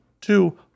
two